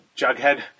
Jughead